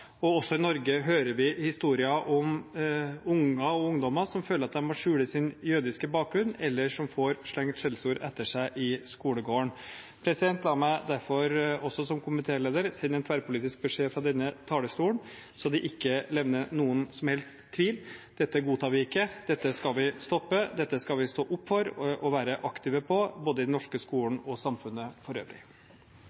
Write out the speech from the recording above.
og også i Norge hører vi historier om unger og ungdommer som føler at de må skjule sin jødiske bakgrunn, eller som får slengt skjellsord etter seg i skolegården. La meg derfor også som komitéleder sende en tverrpolitisk beskjed fra denne talerstolen så det ikke levnes noen som helst tvil: Dette godtar vi ikke, dette skal vi stoppe, dette skal vi stå opp for og være aktive på, både i den norske skolen og i samfunnet for øvrig.